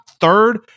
third